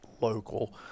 local